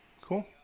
Cool